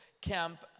camp